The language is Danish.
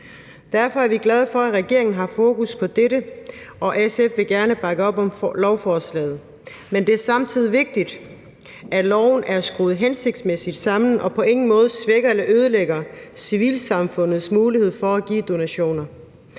Derfor er vi glade for, at regeringen har fokus på det, og SF vil gerne bakke op om lovforslaget. Men det er samtidig vigtigt, at loven er skruet hensigtsmæssigt sammen og på ingen måde svækker eller ødelægger civilsamfundets mulighed for at give donationer.